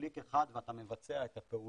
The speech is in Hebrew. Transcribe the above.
אתה יכול קליק אחד ואתה מבצע את הפעולה.